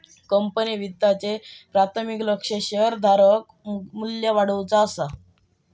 company वित्ताचे प्राथमिक लक्ष्य शेअरधारक मू्ल्य वाढवुचा असा